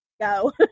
go